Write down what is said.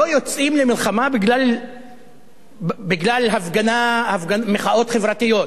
לא יוצאים למלחמה בגלל מחאות חברתיות,